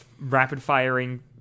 rapid-firing